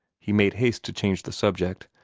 he made haste to change the subject,